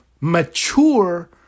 mature